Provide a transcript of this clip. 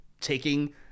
taking